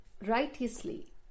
righteously